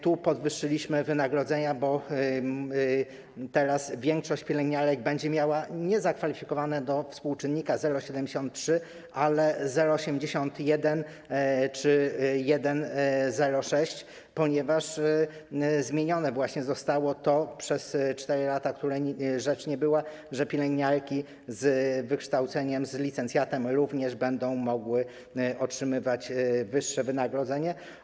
Tu podwyższyliśmy wynagrodzenia, bo teraz większość pielęgniarek będzie miała to zakwalifikowane nie do współczynnika 0,73, ale 0,81 czy 1,06, ponieważ zmienione właśnie zostało to, co przez 4 lata nie było zmienione: że pielęgniarki z wykształceniem, z licencjatem również będą mogły otrzymywać wyższe wynagrodzenie.